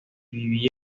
vivieron